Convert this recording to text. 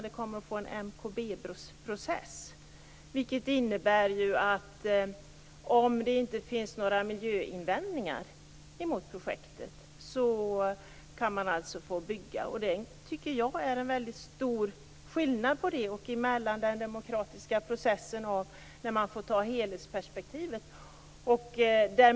Det kommer att bli en MKB-process, vilket innebär att man kan få bygga om det inte finns några miljöinvändningar emot projektet. Jag tycker att det är en väldigt stor skillnad på det och på den demokratiska processen där man kan få ett helhetsperspektiv.